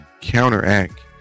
counteract